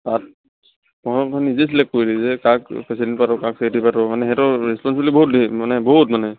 তাত মই মানে নিজে চিলেক্ট কৰি দিলো যে কাক প্ৰেছিডেণ্ট পাতো কাক চেক্ৰেটাৰী পাতো মানে সেইটো ৰেছপন্সিবিলিটি বহুত ধেৰ বহুত মানে